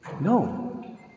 No